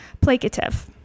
placative